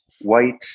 white